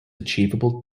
achievable